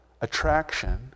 attraction